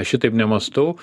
šitaip nemąstau